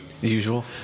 Usual